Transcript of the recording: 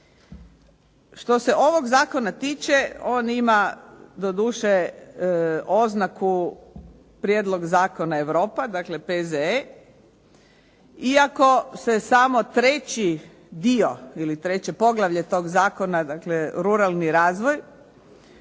Što se ovog zakona tiče, on ima doduše oznaku prijedlog zakona Europa, dakle P.Z.E., iako se samo treći dio ili treće poglavlje tog zakona, dakle ruralni razvoj